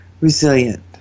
resilient